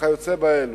וכיוצא באלו,